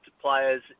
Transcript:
players